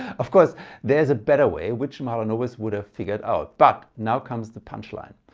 of course there's a better way which mahalanobis would have figured out. but now comes the punchline.